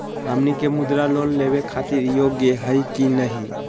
हमनी के मुद्रा लोन लेवे खातीर योग्य हई की नही?